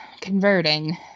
converting